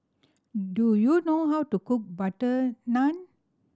do you know how to cook butter naan